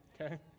Okay